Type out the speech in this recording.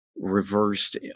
reversed